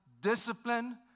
discipline